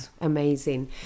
amazing